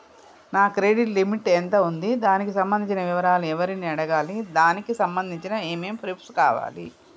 నా credit limit ఎంత ఉంది? దానికి సంబంధించిన వివరాలు ఎవరిని అడగాలి? దానికి సంబంధించిన ఏమేం ప్రూఫ్స్ కావాలి?